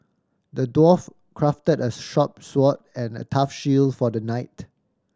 the dwarf crafted a sharp sword and a tough shield for the knight